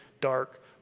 dark